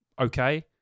okay